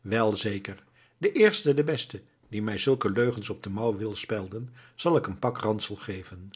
wel zeker den eersten den besten die mij zulke leugens op de mouw wil spelden zal ik een pak ransel geven